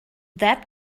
that